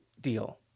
deal